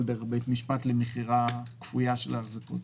דרך בית משפט למכירה כפויה של ההחזקות.